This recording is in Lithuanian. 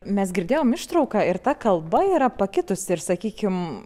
mes girdėjom ištrauką ir ta kalba yra pakitusi ir sakykim